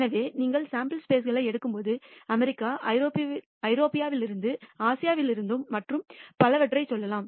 எனவே நீங்கள் சாம்பிள் களை எடுக்கும்போது அமெரிக்கா ஐரோப்பாவிலிருந்து ஆசியாவிலிருந்து மற்றும் பலவற்றைச் சொல்லலாம்